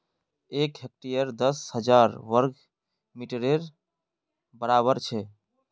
एक हेक्टर दस हजार वर्ग मिटरेर बड़ाबर छे